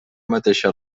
mateixa